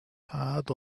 had